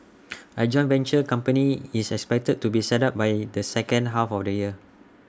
A joint venture company is expected to be set up by the second half of the year